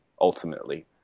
ultimately